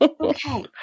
okay